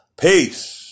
Peace